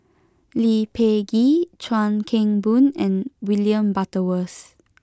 Lee Peh Gee Chuan Keng Boon and William Butterworth